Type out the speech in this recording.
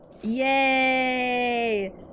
Yay